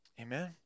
Amen